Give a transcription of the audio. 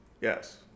yes